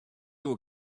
soe